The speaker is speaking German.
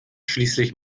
schließlich